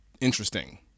interesting